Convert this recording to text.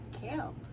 camp